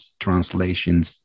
translations